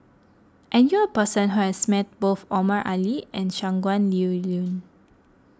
I knew a person who has met both Omar Ali and Shangguan Liuyun